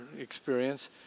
experience